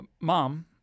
Mom